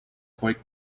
quite